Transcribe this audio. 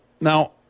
now